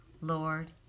Lord